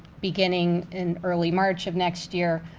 beginning in early march of next year,